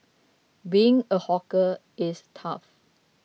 being a hawker is tough